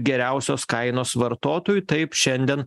geriausios kainos vartotojui taip šiandien